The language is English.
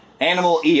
Animal